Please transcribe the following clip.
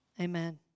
amen